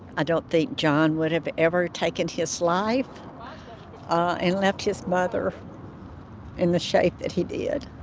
i don't think john would have ever taken his life and left his mother in the shape that he did.